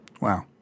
Wow